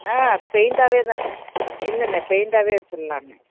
ஆ பெயிண்ட்டாகவே தான் இல்லைண்ணே பெயிண்ட்டாகவே அடிச்சிடலாம்ணே